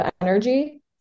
energy